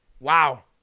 Wow